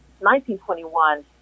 1921